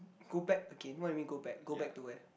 go back again what you mean go back go back to where